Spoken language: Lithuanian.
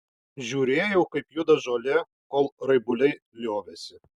žiūrėjau kaip juda žolė kol raibuliai liovėsi